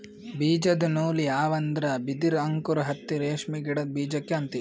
ಬೀಜದ ನೂಲ್ ಯಾವ್ ಅಂದ್ರ ಬಿದಿರ್ ಅಂಕುರ್ ಹತ್ತಿ ರೇಷ್ಮಿ ಗಿಡದ್ ಬೀಜಕ್ಕೆ ಅಂತೀವಿ